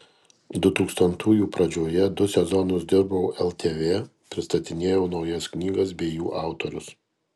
dutūkstantųjų pradžioje du sezonus dirbau ltv pristatinėjau naujas knygas bei jų autorius